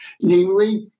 namely